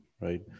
right